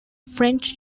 french